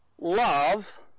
love